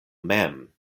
mem